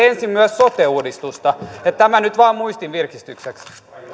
ensin myös sote uudistusta tämä nyt vain muistin virkistykseksi